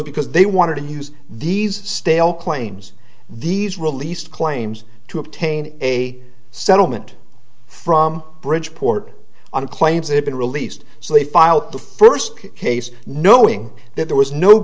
because they wanted to use these stale claims these released claims to obtain a settlement from bridgeport on claims it been released so they filed the first case knowing that there was no